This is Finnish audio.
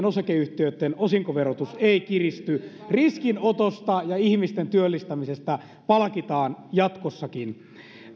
osakeyhtiöitten osinkoverotus ei kiristy riskinotosta ja ihmisten työllistämisestä palkitaan jatkossakin